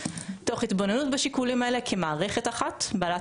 תוך התבוננות בשיקולים האלה כמערכת אחת בעלת